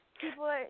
people